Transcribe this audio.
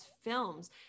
films